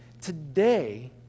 today